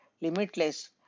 limitless